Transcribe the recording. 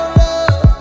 love